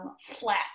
flat